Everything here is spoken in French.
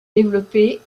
développée